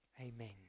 Amen